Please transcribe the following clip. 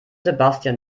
sebastian